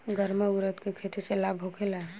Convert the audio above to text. गर्मा उरद के खेती से लाभ होखे ला?